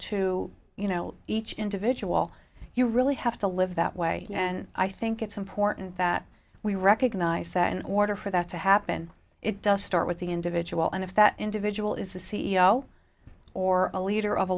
to you know each individual you really have to live that way and i think it's important that we recognise that in order for that to happen it does start with the individual and if that individual is a c e o or a leader of a